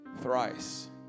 Thrice